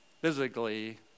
physically